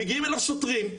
מגיעים אליו שוטרים,